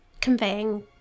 conveying